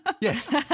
Yes